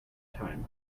time